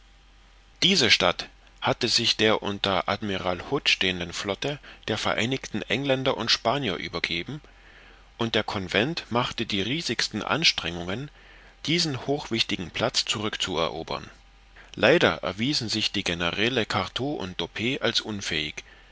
diese stadt hatte sich der unter admiral hood stehenden flotte der vereinigten engländer und spanier übergeben und der convent machte die riesigsten anstrengungen diesen hochwichtigen platz zurückzuerobern leider erwiesen sich die generale cartaux und doppet als unfähig